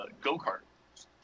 go-kart